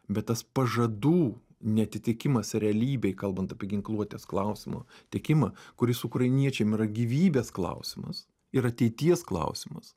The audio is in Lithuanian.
bet tas pažadų neatitikimas realybėj kalbant apie ginkluotės klausimo teikimą kuris ukrainiečiam yra gyvybės klausimas ir ateities klausimas